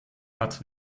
hat